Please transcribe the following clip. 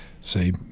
say